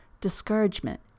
discouragement